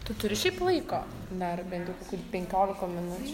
tu turi šiaip laiko dar bent jau kokių penkiolika minučių turiu